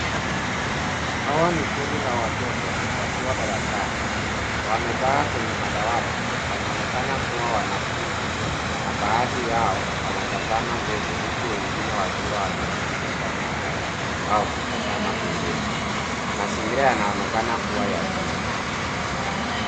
Hawa ni kundi la watoto wakiwa darasani. Wamekaa kwenye madawati. Wanaonekena kuwa wanafunzi na baadhi yao wanatazama mbele huku wengine wakiwa wameinamisha vichwa au kutazama pembeni. Mazingira yanaonekana kuwa ya shule.